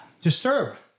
Disturb